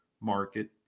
market